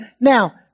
Now